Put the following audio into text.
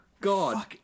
God